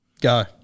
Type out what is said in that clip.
Go